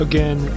Again